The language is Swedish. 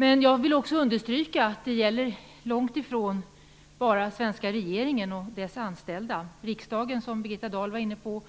Jag vill dock också understryka att detta långt ifrån bara gäller svenska regeringen och dess anställda. Många i riksdagen har, som Birgitta Dahl var inne på,